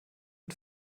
mit